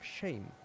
shame